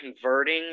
converting